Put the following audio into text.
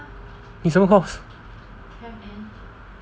你什么 course